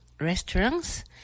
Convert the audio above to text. restaurants